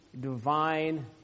divine